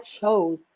chose